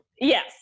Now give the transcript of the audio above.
Yes